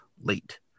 late